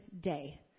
day